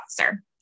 officer